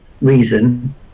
reason